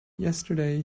yesterday